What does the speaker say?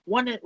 One